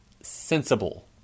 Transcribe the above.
sensible